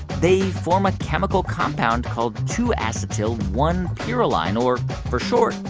they form a chemical compound called two acetyl one pyrroline, or for short,